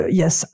yes